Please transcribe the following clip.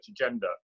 agenda